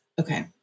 Okay